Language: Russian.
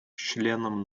членам